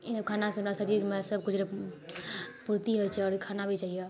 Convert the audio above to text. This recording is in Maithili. ईसभ खानासँ हमरा शरीरमे सभकुछर पूर्ति होइत छै आओर खाना भी चाहिए